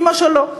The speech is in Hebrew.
אימא שלו יהודייה,